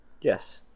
Yes